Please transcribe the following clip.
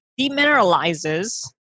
demineralizes